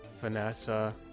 Vanessa